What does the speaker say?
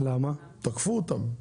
תקפו אותם.